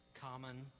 Common